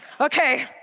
Okay